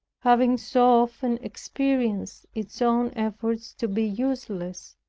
having so often experienced its own efforts, to be useless,